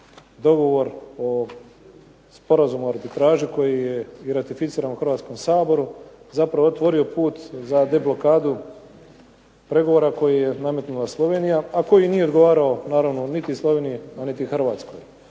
dogovor o Sporazumu o arbitraži koji je i ratificiran u Hrvatskom saboru zapravo je otvorio put za deblokadu pregovora koji je nametnula Slovenija, a koji nije odgovarao naravno niti Sloveniji, a niti Hrvatskoj.